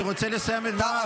אני רוצה לסיים את דבריי.